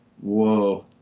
whoa